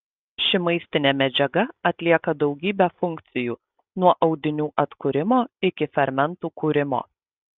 ši maistinė medžiaga atlieka daugybę funkcijų nuo audinių atkūrimo iki fermentų kūrimo